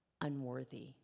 unworthy